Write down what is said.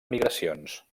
migracions